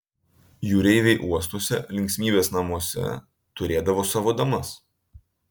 jūreiviai uostuose linksmybės namuose turėdavo savo damas